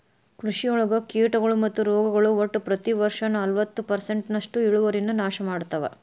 ಕೃಷಿಯೊಳಗ ಕೇಟಗಳು ಮತ್ತು ರೋಗಗಳು ಒಟ್ಟ ಪ್ರತಿ ವರ್ಷನಲವತ್ತು ಪರ್ಸೆಂಟ್ನಷ್ಟು ಇಳುವರಿಯನ್ನ ನಾಶ ಮಾಡ್ತಾವ